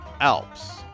Alps